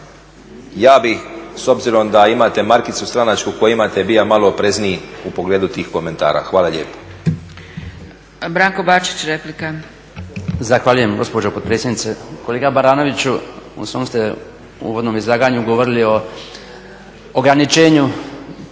ja bih s obzirom da imate markicu stranačku koju imate, bio malo oprezniji u pogledu tih komentara. Hvala lijepa.